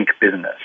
business